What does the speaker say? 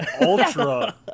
ultra